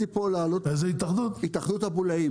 התאחדות הבולאים